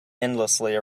endlessly